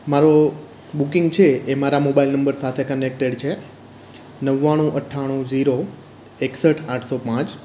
મારો બુકિંગ છે એ મારા મોબાઈલ નંબર સાથે કનેક્ટેડ છે નવ્વાણું અઠ્ઠાણું ઝીરો એક્સઠ આઠસો પાંચ